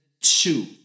two